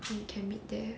you can meet there